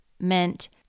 meant